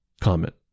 comment